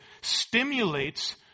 stimulates